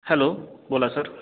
hello बोला sir